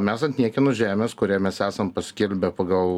mes ant niekieno žemės kurią mes esam paskelbę pagal